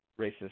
racist